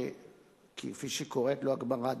כפי שקוראת לו הגמרא,